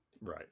Right